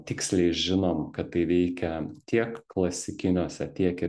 tiksliai žinom kad tai veikia tiek klasikiniuose tiek ir